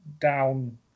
down